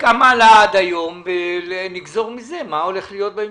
כמה עלו עד היום ונגזור מזה מה הולך להיות בהמשך.